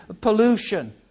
pollution